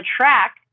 track